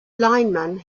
lineman